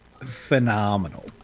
phenomenal